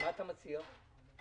שאול,